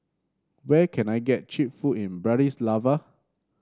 where can I get cheap food in Bratislava